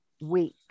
Week